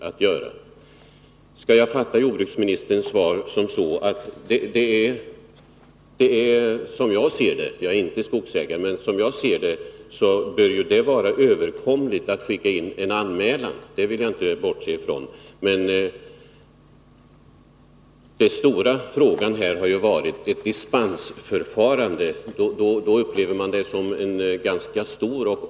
Om jag har fattat jordbruksministerns svar rätt — nu är inte jag skogsägare — bör det vara överkomligt att skicka in en anmälan, men den stora frågan har ju varit dispensförfarandet. Då upplevs det hela som en ganska stor sak.